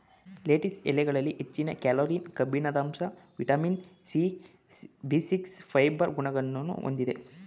lettuce ಎಲೆಗಳಲ್ಲಿ ಹೆಚ್ಚಿನ calorie, ಕಬ್ಬಿಣದಂಶ, vitamin C, B six, fibre ಗುಣಗಳನ್ನು ಹೊಂದಿದೆ